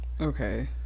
Okay